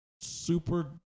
super